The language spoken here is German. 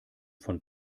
von